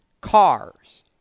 cars